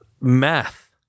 math